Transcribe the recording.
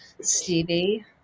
Stevie